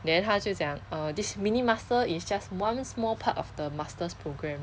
then 他就讲 uh this mini master is just one small part of the master's program